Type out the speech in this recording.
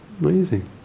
amazing